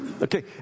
Okay